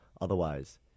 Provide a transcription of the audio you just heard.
Otherwise